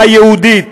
היהודית.